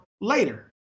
later